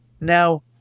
now